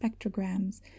spectrograms